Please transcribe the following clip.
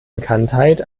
bekanntheit